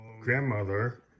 grandmother